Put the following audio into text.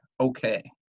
okay